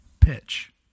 pitch